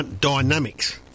dynamics